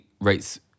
rates